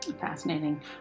Fascinating